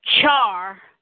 Char